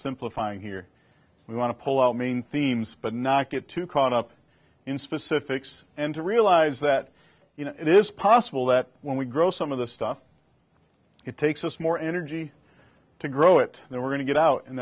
simplifying here we want to pull out main themes but not get too caught up in specifics and to realize that it is possible that when we grow some of the stuff it takes us more energy to grow it than we're going to get out and